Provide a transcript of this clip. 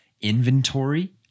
inventory